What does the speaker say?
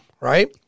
Right